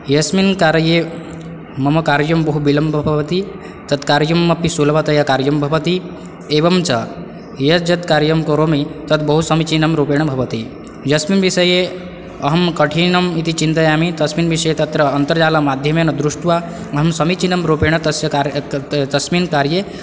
यस्मिन् कार्ये मम कार्यं बहु विलम्ब भवति तत् कार्यम् अपि सुलभतया कार्यं भवति एवं च यद् यद् कार्यं करोमि तद्बहु समीचिनं रूपेण भवति यस्मिन् विसये अहं कठिनम् इति चिन्तयामि तस्मिन् विषये तत्र अन्तर्जालमाध्यमेन दृष्ट्वा अहं समीचिनरूपेण तस्य कार्य तस्मिन् कार्ये